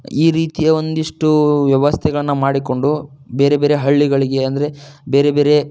ಈ ರೀತಿಯ ಒಂದಿಷ್ಟು ವ್ಯವಸ್ಥೆಗಳನ್ನು ಮಾಡಿಕೊಂಡು ಬೇರೆ ಬೇರೆ ಹಳ್ಳಿಗಳಿಗೆ ಅಂದರೆ ಬೇರೆ ಬೇರೆ